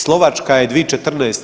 Slovačka je 2014.